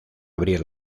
abrir